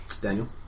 Daniel